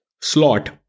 slot